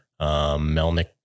Melnick